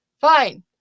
fine